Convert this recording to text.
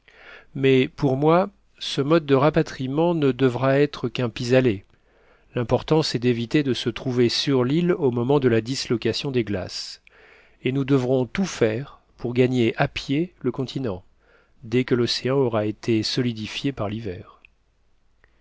mais pour moi ce mode de rapatriement ne devra être qu'un pis aller l'important c'est d'éviter de se trouver sur l'île au moment de la dislocation des glaces et nous devrons tout faire pour gagner à pied le continent dès que l'océan aura été solidifié par l'hiver